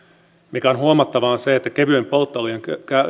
mikä on huomattavaa on se että kevyen polttoöljyn